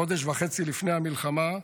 חודש וחצי לפני המלחמה,